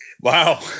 Wow